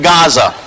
Gaza